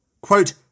Quote